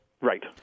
right